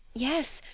yes,